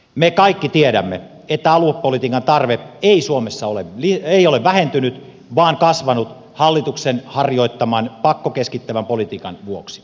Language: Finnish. me kaikki tiedämme että aluepolitiikan tarve ei suomessa ole vähentynyt vaan kasvanut hallituksen harjoittaman pakkokeskittävän politiikan vuoksi